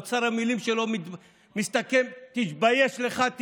אוצר המילים שלו מסתכם ב"תתבייש לך",